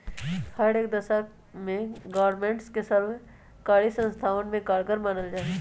हर एक दशा में ग्रास्मेंट के सर्वकारी संस्थावन में कारगर मानल जाहई